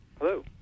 Hello